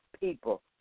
people